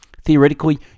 Theoretically